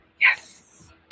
Yes